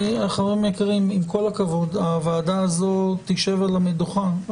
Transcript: יקרים, עם כל הכבוד, הוועדה הזאת תשב על המדוכה.